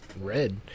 red